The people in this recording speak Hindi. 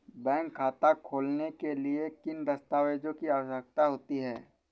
बैंक खाता खोलने के लिए किन दस्तावेजों की आवश्यकता होती है?